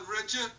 Richard